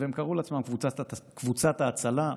והם קרוא לעצמם "קבוצת ההצלה",